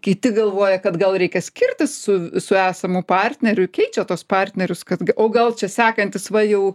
kiti galvoja kad gal reikia skirtis su su esamu partneriu keičia tuos partnerius kad o gal čia sekantis va jau